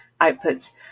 outputs